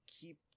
keep